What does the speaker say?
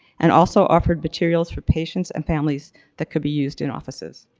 and also offered materials for patients and families that could be used in offices.